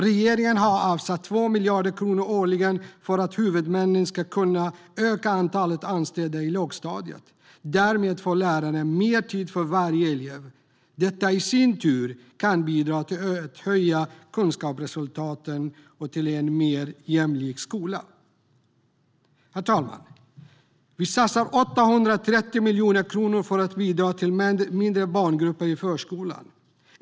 Regeringen har avsatt 2 miljarder kronor årligen för att huvudmännen ska kunna öka antalet anställda i lågstadiet. Därmed får lärarna mer tid för varje elev. Detta i sin tur kan bidra till att höja kunskapsresultaten och till att skapa en mer jämlik skola. Herr talman! Vi satsar 830 miljoner kronor för att bidra till mindre barngrupper i förskolan.